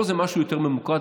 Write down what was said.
פה זה משהו יותר ממוקד,